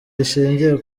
rishingiye